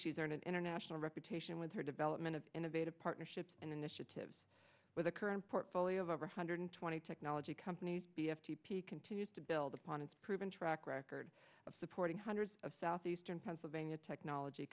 she's there in an international reputation with her development of innovative partnerships and initiatives with a current portfolio of over one hundred twenty technology companies the f t p continues to build upon its proven track record of supporting hundreds of southeastern pennsylvania technology